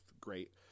great